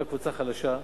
אותה קבוצה חלשה,